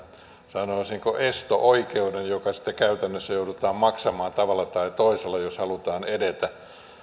sanoisinko esto oikeuden joka sitten käytännössä joudutaan maksamaan tavalla tai toisella jos halutaan edetä